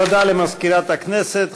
תודה למזכירת הכנסת.